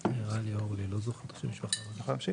אני יכול להמשיך?